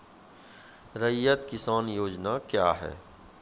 रैयत किसान योजना क्या हैं?